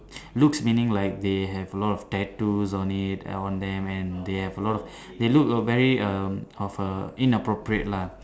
looks meaning like they have a lot of tattoos on it on them and they have a lot of they look very um of a inappropriate lah